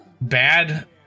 bad